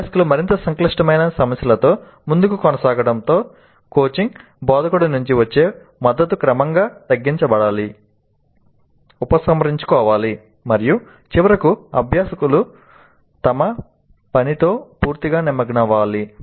అభ్యాసకులు మరింత సంక్లిష్టమైన సమస్యలతో ముందుకు సాగడంతో కోచింగ్ బోధకుడి నుండి వచ్చే మద్దతు క్రమంగా తగ్గించబడాలి ఉపసంహరించుకోవాలి మరియు చివరకు అభ్యాసకులు తమ పనితో పూర్తిగా నిమగ్నమవ్వాలి